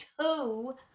two